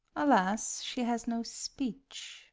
alas, she has no speech.